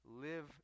live